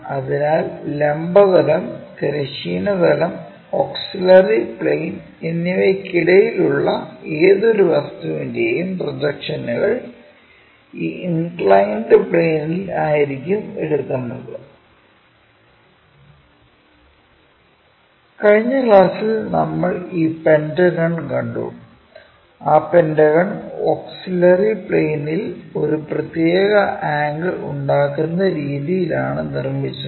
അതിനാൽ ലംബ തലം തിരശ്ചീന തലം ഓക്സിലറി പ്ലെയിൻ എന്നിവയ്ക്കിടയിലുള്ള ഏതൊരു വസ്തുവിന്റേയും പ്രൊജക്ഷനുകൾ ഈ ഇൻക്ലൈൻഡ് പ്ലൈനിൽ ആയിരിക്കും എടുക്കുന്നത് കഴിഞ്ഞ ക്ലാസ്സിൽ നമ്മൾ ഈ പെന്റഗൺ കണ്ടു ആ പെന്റഗൺ ഓക്സിലറി പ്ലെയിനിൽ ഒരു പ്രത്യേക ആംഗിൾ ഉണ്ടാക്കുന്ന രീതിയിലാണ് നിർമ്മിച്ചത്